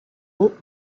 hauts